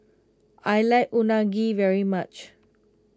I like Unagi very much